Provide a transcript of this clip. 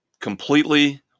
completely